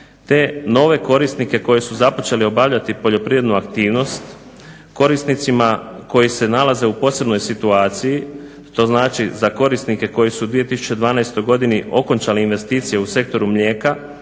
te nove korisnike koji su započeli obavljati poljoprivrednu aktivnost, korisnicima koji se nalaze u posebnoj situaciji, to znači za korisnike koji su u 2012. godini okončali investicije u sektoru mlijeka,